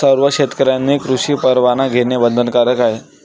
सर्व शेतकऱ्यांनी कृषी परवाना घेणे बंधनकारक आहे